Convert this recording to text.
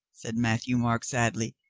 said matthieu-marc sadly.